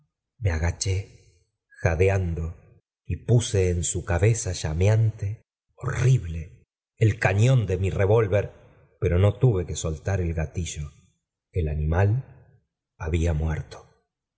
me agaché jadeando y puso en su cabeza llameante horrible ol cañón do mi revólver pero no tuve que soltar ol gatillo el animal había muerto